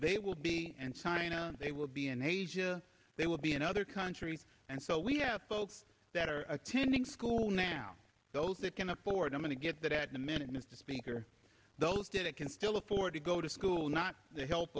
they will be and china they will be in asia they will be in other countries and so we have folks that are attending school now those that can afford i'm going to get that at the minute mr speaker those did it can still afford to go to school not the help